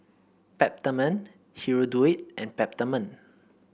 Peptamen Hirudoid and Peptamen